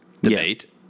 debate